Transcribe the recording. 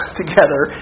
together